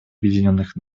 объединенных